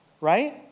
right